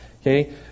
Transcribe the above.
okay